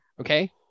okay